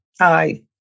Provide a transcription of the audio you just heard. Hi